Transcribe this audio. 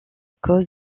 cause